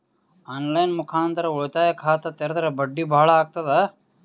On line ಮುಖಾಂತರ ಉಳಿತಾಯ ಖಾತ ತೇರಿದ್ರ ಬಡ್ಡಿ ಬಹಳ ಅಗತದ?